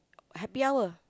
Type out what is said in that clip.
happy hour